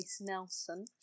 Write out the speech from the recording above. Nelson